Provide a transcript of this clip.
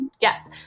Yes